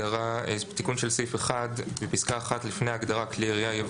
תיקון סעיף 1 1. בחוק כלי הירייה,